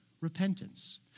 repentance